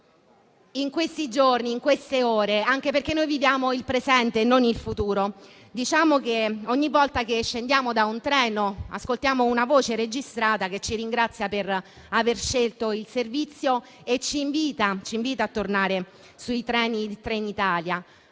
ultimi giorni, in queste ore, anche perché noi viviamo il presente e non il futuro. Diciamo che ogni volta che scendiamo da un treno ascoltiamo una voce registrata che ci ringrazia per aver scelto il servizio e ci invita a tornare sui treni Trenitalia.